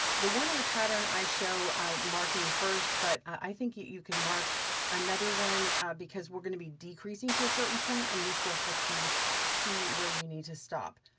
the one in the pattern i show marking first, but i think that you can mark another one because we're gonna be decreasing to a certain point, and this will help you see where you need to stop.